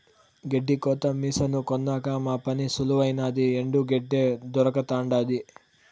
గెడ్డి కోత మిసను కొన్నాక మా పని సులువైనాది ఎండు గెడ్డే దొరకతండాది